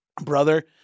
brother